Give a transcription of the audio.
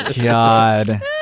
God